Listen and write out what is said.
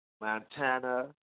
Montana